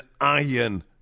iron